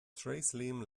tréaslaím